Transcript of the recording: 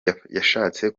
yashatse